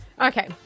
Okay